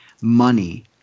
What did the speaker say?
money